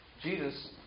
Jesus